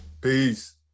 Peace